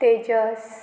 Tejas